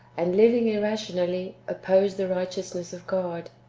and living irrationally, opposed the righteousness of god,